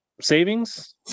savings